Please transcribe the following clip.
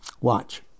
Watch